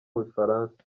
bufaransa